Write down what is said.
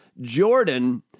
Jordan